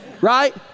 right